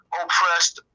oppressed